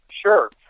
Sure